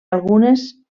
algunes